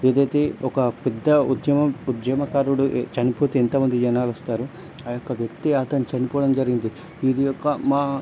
ఏదైతే ఒక పెద్ద ఉద్యమం ఉద్యమకారుడు చనిపోతే ఎంతమంది జనాలు వస్తారో ఆ యొక్క వ్యక్తి అతను చనిపోవడం జరిగింది ఇది యొక్క మా